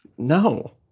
No